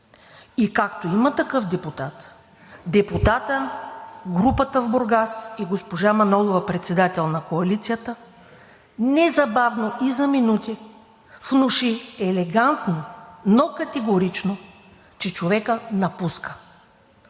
и както има такъв депутат – депутатът, групата в Бургас и госпожа Манолова – председател на коалицията, незабавно и за минути внуши елегантно, но категорично, че човекът напуска.